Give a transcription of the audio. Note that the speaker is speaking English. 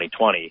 2020